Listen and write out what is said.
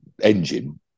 engine